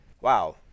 wow